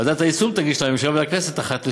ועדת היישום תגיש לממשלה ולכנסת, אחת לשנה,